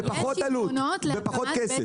בפחות עלות, בפחות כסף.